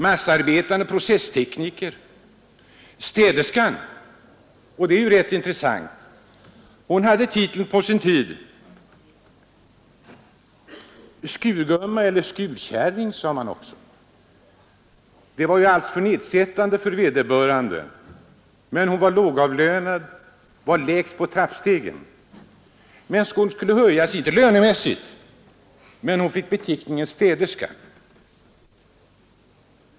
Massaarbetaren är processtekniker. Städerskan är ju rätt intressant. Hon hade på sin tid titeln skurgumma eller skurkäring. Det var ett nedsättande ord för vederbörande, men hon var lågavlönad, var lägst på trappstegen. Så skulle hon höjas — dock inte lönemässigt — och så fick hon beteckningen städerska.